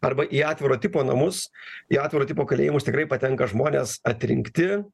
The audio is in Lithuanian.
arba į atviro tipo namus į atviro tipo kalėjimus tikrai patenka žmonės atrinkti